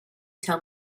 tell